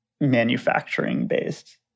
manufacturing-based